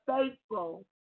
faithful